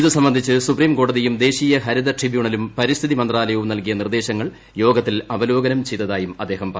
ഇത് സംബന്ധിച്ച് സുപ്രീം കോട്ടതിയും ദേശീയ ഹരിത ട്രിബ്യൂണലും പരിസ്ഥിതി മന്ത്രാലയവ്ട്ട് നൽകിയ നിർദ്ദേശങ്ങൾ യോഗത്തിൽ അവലോകനം ചെയ്തതായും അദ്ദേഹം പറഞ്ഞു